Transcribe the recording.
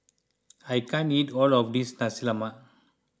I can't eat all of this Nasi Lemak